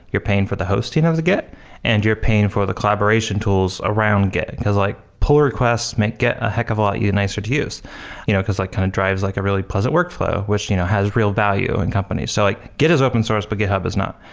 you're paying for the hosting of the git and you're paying for the collaboration tools around git, because like pull requests make git a heck of a lot nicer to use you know because it like kind of drives like a really pleasant workflow, which you know has real value in companies. so like git is open-source, but github is not,